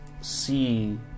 see